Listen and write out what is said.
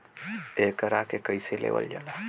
एकरके कईसे लेवल जाला?